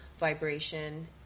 Vibration